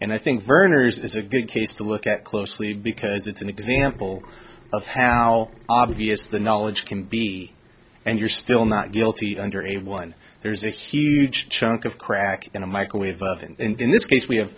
and i think verner's is a good case to look at closely because it's an example of how obvious the knowledge can be and you're still not guilty under a one there's a huge chunk of crack in a microwave oven in this case we have